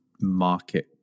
market